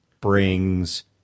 brings